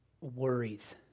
worries